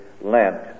lent